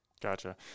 Gotcha